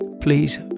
please